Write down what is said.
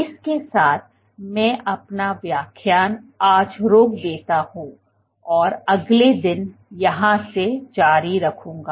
इसके साथ मैं अपना व्याख्यान आज रोक देता हूं और अगले दिन यहां से जारी रखूंगा